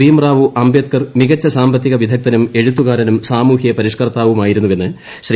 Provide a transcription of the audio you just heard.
beam Rao Ambedkar മികച്ച സാമ്പത്തിക വിദഗ്ധനും എഴുത്തുകാരനും സാമൂഹൃ പരിഷ്ക്കർത്താവുമായിരുന്നു എന്ന് ശ്രീ